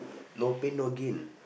no pain no gain